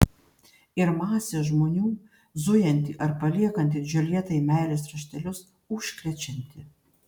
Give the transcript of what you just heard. ir masė žmonių zujanti ar paliekanti džiuljetai meilės raštelius užkrečianti